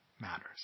matters